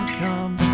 come